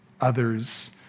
others